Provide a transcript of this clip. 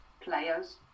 players